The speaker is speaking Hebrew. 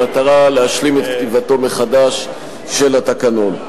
במטרה להשלים את כתיבתו מחדש של התקנון.